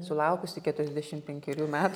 sulaukusi keturiasdešim penkerių metų